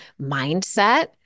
mindset